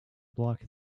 block